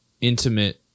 intimate